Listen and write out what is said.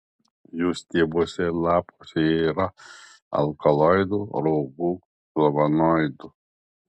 jų stiebuose ir lapuose yra alkaloidų raugų flavonoidų